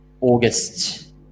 August